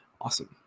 awesome